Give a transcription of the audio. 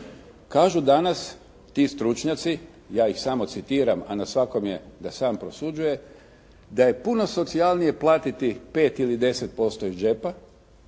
Kažu danas ti stručnjaci, ja ih samo citiram, a na svakom je da sam prosuđuje, da je puno socijalnije platiti 5 ili 10% iz džepa,